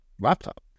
laptop